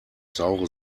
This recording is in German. saure